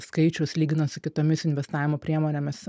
skaičius lyginant su kitomis investavimo priemonėmis